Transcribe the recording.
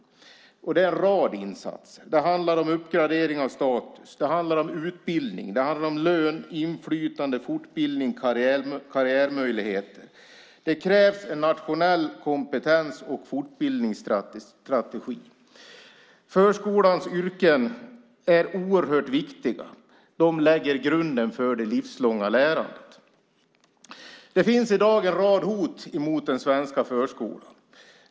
Det handlar om en rad insatser: uppgradering av status, utbildning, lön och inflytande, fortbildning och karriärmöjligheter. Det krävs en nationell kompetens och fortbildningsstrategi. Förskolans yrken är oerhört viktiga, eftersom de handlar om grunden för det livslånga lärandet. Det finns i dag en rad hot mot den svenska förskolan.